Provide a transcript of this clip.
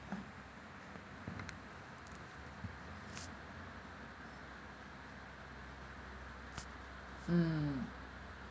mm